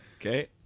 Okay